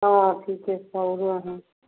हँ ठीके सौरो हइ